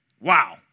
Wow